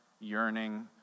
yearning